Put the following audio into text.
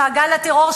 במעגל הטרור,